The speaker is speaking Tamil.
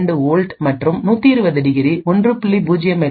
2 வோல்ட் மற்றும் 120 டிகிரி 1